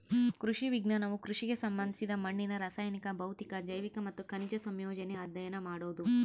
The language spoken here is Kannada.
ಕೃಷಿ ವಿಜ್ಞಾನವು ಕೃಷಿಗೆ ಸಂಬಂಧಿಸಿದ ಮಣ್ಣಿನ ರಾಸಾಯನಿಕ ಭೌತಿಕ ಜೈವಿಕ ಮತ್ತು ಖನಿಜ ಸಂಯೋಜನೆ ಅಧ್ಯಯನ ಮಾಡೋದು